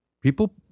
people